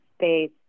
space